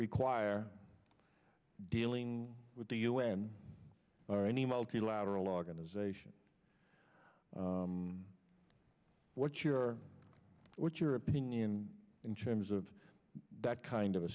require dealing with the u n or any multilateral organization what's your what's your opinion in terms of that kind of a